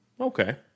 okay